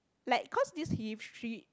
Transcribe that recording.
like cause this history